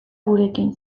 gurekin